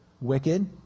Wicked